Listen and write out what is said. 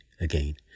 again